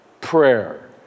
prayer